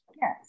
Yes